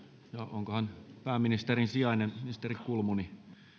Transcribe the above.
onkohan pääministerin sijainen ministeri kulmuni